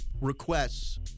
requests